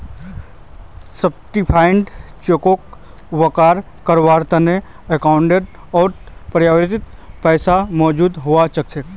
certified चेकोक cover कारवार तने अकाउंटओत पर्याप्त पैसा मौजूद हुवा चाहि